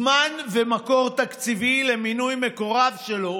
זמן ומקור תקציבי למינוי מקורב שלו